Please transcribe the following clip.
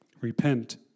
Repent